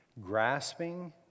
Grasping